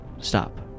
stop